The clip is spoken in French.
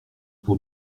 pour